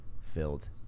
filled